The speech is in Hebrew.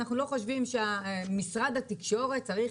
אנחנו לא חושבים שמשרד התקשורת צריך